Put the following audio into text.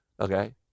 Okay